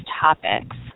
topics